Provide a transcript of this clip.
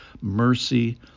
mercy